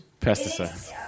Pesticide